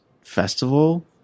festival